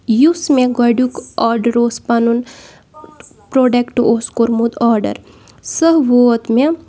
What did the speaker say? یُس مےٚ گۄڈنِیُٚک آرڈَر اوس پَنُن پرٛوڈَکٹ اوس کوٚرمُت آرڈَر سُہ ووت مےٚ